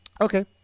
okay